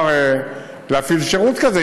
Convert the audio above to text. שאפשר להפעיל שירות כזה,